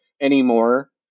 anymore